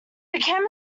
became